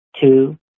two